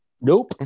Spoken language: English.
Nope